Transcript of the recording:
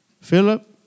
Philip